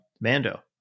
mando